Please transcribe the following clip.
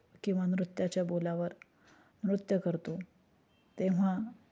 किंवा नृत्याच्या बोलावर नृत्य करतो तेव्हा